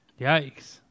Yikes